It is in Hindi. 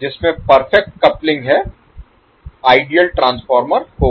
जिसमें परफेक्ट कपलिंग है आइडियल ट्रांसफार्मर होगा